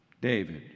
David